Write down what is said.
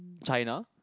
China